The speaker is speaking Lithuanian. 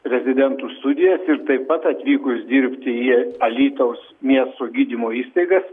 rezidentų studijas ir taip pat atvykus dirbti į alytaus miesto gydymo įstaigas